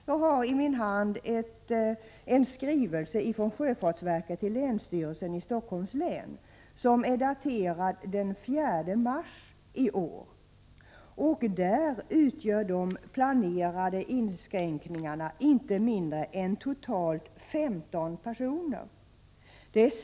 Jag har i min hand en skrivelse från sjöfartsverket till länsstyrelsen i Stockholms län, daterad den 4 mars i år. Där framgår att de planerade inskränkningarna utgör inte mindre än 15 tjänster.